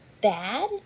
bad